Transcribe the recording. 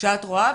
שאת רואה,